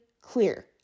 clear